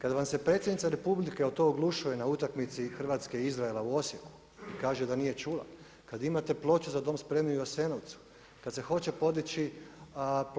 Kada vam se Predsjednica Republike o tome oglašuje na utakmici Hrvatske Izraela u Osijeku, kaže da nije čula, kada imate ploče za dom spremni u Jasenovcu, kada se hoće podići